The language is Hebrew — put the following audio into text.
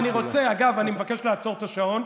אגב, אני מבקש לעצור את השעון.